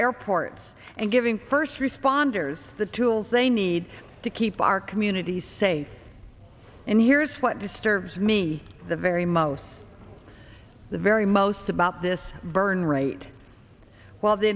airports and giving first responders the tools they need to keep our communities safe and here's what disturbs me the very most the very most about this burn rate while the